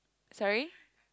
sorry